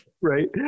right